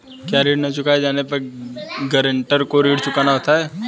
क्या ऋण न चुकाए जाने पर गरेंटर को ऋण चुकाना होता है?